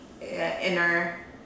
inner